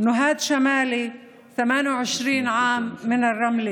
נוהאד שמאלי, 28 רמלה,